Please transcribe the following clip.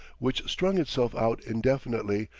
which strung itself out indefinitely,